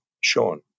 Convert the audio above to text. Sean